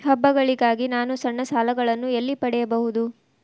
ಹಬ್ಬಗಳಿಗಾಗಿ ನಾನು ಸಣ್ಣ ಸಾಲಗಳನ್ನು ಎಲ್ಲಿ ಪಡೆಯಬಹುದು?